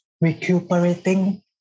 recuperating